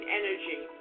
energy